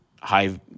high